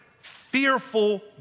fearful